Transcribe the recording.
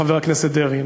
חבר הכנסת דרעי,